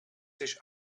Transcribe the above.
sich